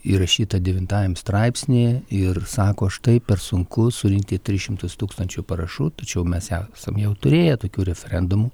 įrašytą devintajam straipsny ir sako štai per sunku surinkti tris šimtus tūkstančių parašų tačiau mes esam jau turėję tokių referendumų